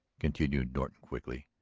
continued norton quickly.